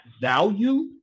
value